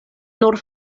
nur